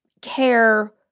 care